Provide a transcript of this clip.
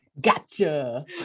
Gotcha